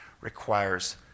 requires